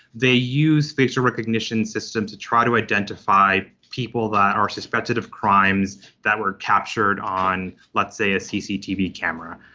they use facial recognition systems to try to identify people that are suspected of crimes that were captured on, let's say, a cctv camera.